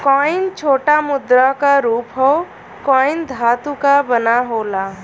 coin छोटा मुद्रा क रूप हौ कॉइन धातु क बना होला